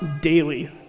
daily